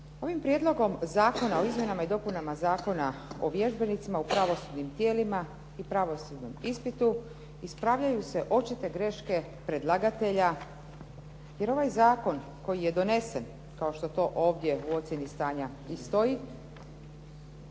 Ovim prijedlogom Zakona o izmjenama i dopunama Zakona o vježbenicima u pravosudnim tijelima i pravosudnom ispitu ispravljaju se očite greške predlagatelja, jer ovaj zakon koji je donesen, kao što to ovdje u ocjeni stanja i stoji,